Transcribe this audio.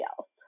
else